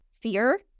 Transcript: fear